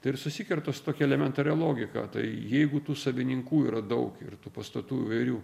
tai ir susikerta su tokia elementaria logika tai jeigu tų savininkų yra daug ir tų pastatų įvairių